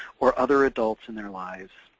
or other adults in their lives.